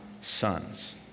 sons